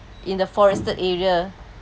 in the forested area